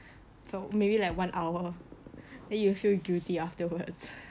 for maybe like one hour then you feel guilty afterwards